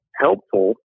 helpful